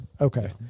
Okay